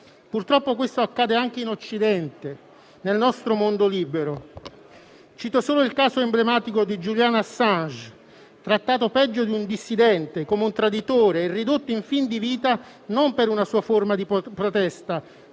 Purtroppo, questo accade anche in Occidente, nel nostro mondo libero. Cito solo il caso emblematico di Julian Assange, trattato peggio di un dissidente, come un traditore, e ridotto in fin di vita non per una sua forma di protesta,